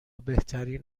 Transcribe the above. بهترین